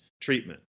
treatment